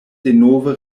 denove